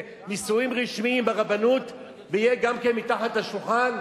נישואים רשמיים ברבנות ויהיו גם כן מתחת לשולחן?